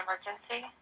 Emergency